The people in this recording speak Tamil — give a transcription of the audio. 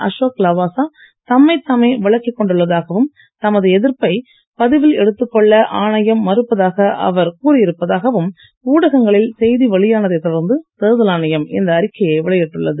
அசோக் லவாசா தம்மைத் தாமே விலக்கிக் கொண்டுள்ளதாகவும் தமது எதிர்ப்பை பதிவில் எடுத்துக் கொள்ள ஆணையம் மறுப்பதாக அவர் கூறியிருப்பதாகவும் ஊடகங்களில் செய்தி வெளியானதைத் தொடர்ந்து தேர்தல் ஆணையம் இந்த அறிக்கையை வெளியிட்டுள்ளது